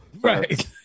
right